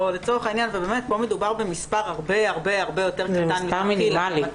באמת לא מדובר במספר הרבה יותר קטן מלכתחילה.